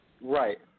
Right